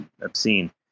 obscene